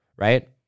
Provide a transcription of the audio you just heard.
Right